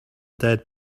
dead